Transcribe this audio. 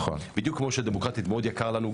בדיוק כמו שדמוקרטית מאוד יקר לנו.